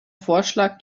vorschlag